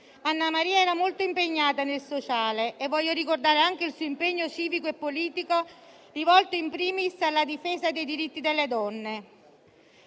Annamaria era molto impegnata nel sociale e voglio ricordare anche il suo impegno civico e politico rivolto *in primis* alla difesa dei diritti delle donne.